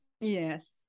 Yes